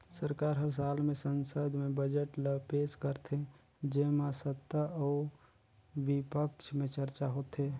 सरकार हर साल में संसद में बजट ल पेस करथे जेम्हां सत्ता अउ बिपक्छ में चरचा होथे